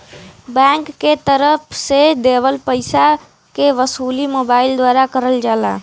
bank के तरफ से देवल पइसा के वसूली मोबाइल द्वारा करल जाला